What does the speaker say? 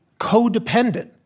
codependent